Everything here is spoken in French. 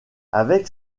avec